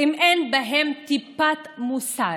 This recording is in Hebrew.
אם אין בהם טיפת מוסר?